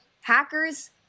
hackers